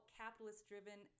capitalist-driven